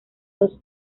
dos